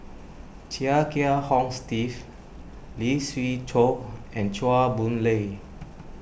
Chia Kiah Hong Steve Lee Siew Choh and Chua Boon Lay